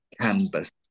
canvas